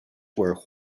were